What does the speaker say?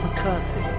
McCarthy